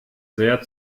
sehr